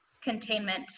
Containment